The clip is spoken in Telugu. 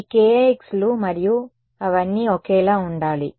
ఈ kix లు మరియు అవన్నీ ఒకేలా ఉండాలి